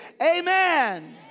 amen